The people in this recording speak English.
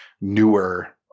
newer